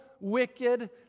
wicked